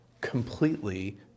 completely